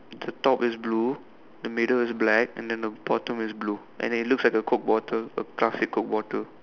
the top is blue the middle is black and then the bottom is blue and it looks like a coke bottle a classic coke bottle